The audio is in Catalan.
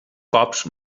cops